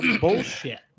bullshit